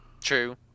True